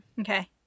Okay